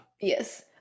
Yes